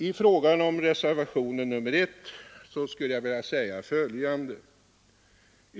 I fråga om reservationen 1 skulle jag vilja säga följande.